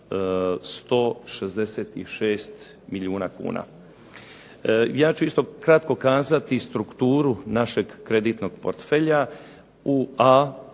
166 milijuna kuna. Ja ću isto kratko kazati strukturu našeg kreditnog portfelja. U A